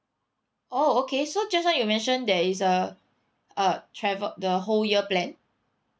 oh okay so just now you mentioned there is a a travel the whole year plan